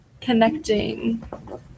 connecting